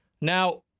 Now